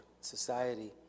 society